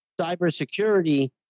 cybersecurity